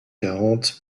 quarante